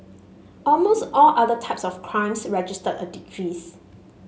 almost all other types of crimes registered a decrease